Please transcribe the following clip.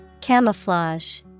Camouflage